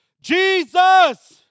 Jesus